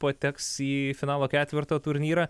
pateks į finalo ketverto turnyrą